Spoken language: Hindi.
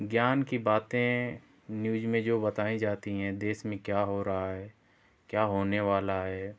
ज्ञान की बातें न्यूज़ में जो बताई जाती हैं देश में क्या हो रहा है क्या होने वाला है